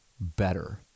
better